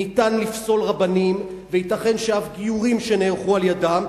ניתן לפסול רבנים וייתכן שאף גיורים שנערכו על-ידם,